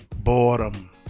boredom